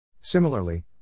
Similarly